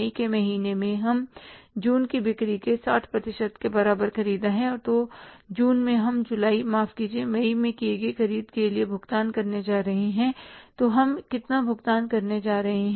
मई के महीने में हमने जून की बिक्री के 60 प्रतिशत के बराबर ख़रीदा है तो जून में हम जुलाई माफ कीजिए मई में किए गए ख़रीद के लिए भुगतान करने जा रहे हैं तो हम कितना भुगतान करने जा रहे हैं